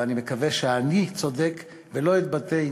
ואני מקווה שאני צודק ולא אתבדה,